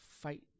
fight